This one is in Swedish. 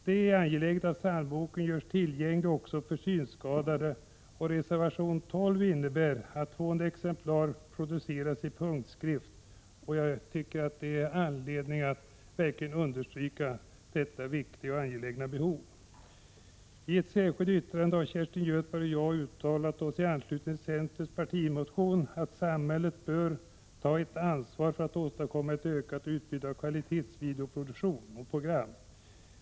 Det är angeläget att psalmboken görs tillgänglig också för synskadade. Reservation 12 innebär att 200 exemplar produceras i punktskrift. Jag tycker att det är anledning att understryka detta angelägna behov. I ett särskilt yttrande har Kerstin Göthberg och jag i anslutning till centerns partimotion uttalat att samhället bör ta ett ansvar för att åstadkomma ett ökat utbud av kvalitetsvideoprogram.